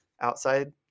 outside